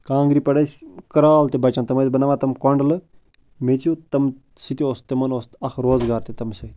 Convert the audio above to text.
کانٛگٔرِ پٮ۪ٹھ ٲسۍ کَرال تہِ بَچن تِم ٲسۍ بناوان تِم کوٚنڈٕلہٕ میٚژو تِم سُہ تہِ اوس تِمن اوس اَکھ روز گار تہِ تَمہِ سۭتۍ